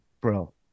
bro